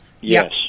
Yes